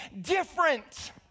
different